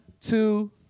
two